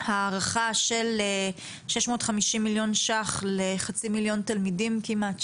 בהערכה של 650 מיליון שקלים לחצי מיליון תלמידים כמעט,